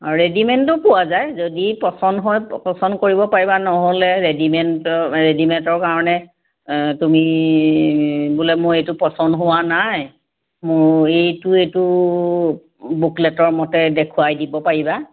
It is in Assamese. ৰেডিমেডো পোৱা যায় যদি পচন্দ হয়পচন্দ কৰিব পাৰিবা নহ'লে ৰেডিমেড ৰেডিমেডৰ কাৰণে তুমি বোলে মই এইটো পচন্দ হোৱা নাই মোৰ এইটো এইটো বুকলেটৰ মতে দেখুৱাই দিব পাৰিবা